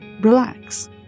relax